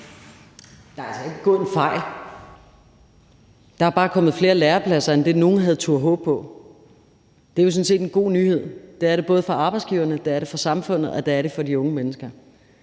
Der er ikke begået en fejl. Der er bare kommet flere lærepladser end det, nogen havde turdet håbe på. Det er jo sådan set en god nyhed. Det er det både for arbejdsgiverne, det er det for samfundet, og det er det for de unge mennesker.